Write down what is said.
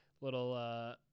little